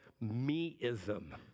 me-ism